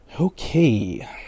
Okay